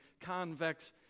convex